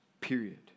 period